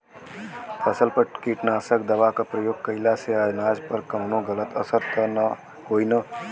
फसल पर कीटनाशक दवा क प्रयोग कइला से अनाज पर कवनो गलत असर त ना होई न?